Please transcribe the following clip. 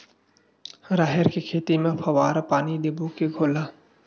राहेर के खेती म फवारा पानी देबो के घोला?